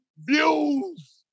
views